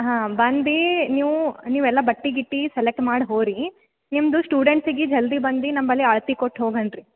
ಹಾಂ ಬಂದು ನೀವು ನೀವೆಲ್ಲ ಬಟ್ಟೆ ಗಿಟ್ಟೆ ಸೆಲೆಕ್ಟ್ ಮಾಡಿ ಹೋಗ್ರೀ ನಿಮ್ಮದು ಸ್ಟೂಡೆಂಟ್ಸಿಗೆ ಜಲ್ದಿ ಬಂದು ನಮ್ಮಲ್ಲಿ ಅಳ್ತೆ ಕೊಟ್ಟು ಹೋಗಿ ಅನ್ನಿರಿ